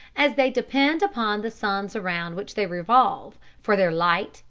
as they depend upon the suns around which they revolve for their light,